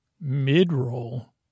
Mid-roll